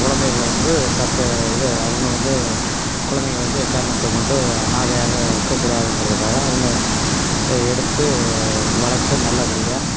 கொழந்தைகள வந்து தத்து இது அவங்க வந்து கொழந்தைகள வந்து எக்காரணத்தை கொண்டு அனாதாக இருக்கக் கூடாதுங்கிறதுக்காக அவங்க எடுத்து வளர்த்து நல்லபடியாக